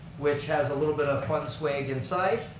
which has a little bit of fun swag inside.